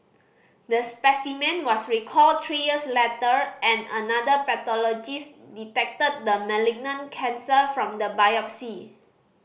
the specimen was recalled three years letter and another pathologist detected the malignant cancer from the biopsy